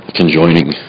conjoining